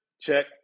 Check